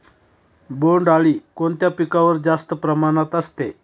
बोंडअळी कोणत्या पिकावर जास्त प्रमाणात असते?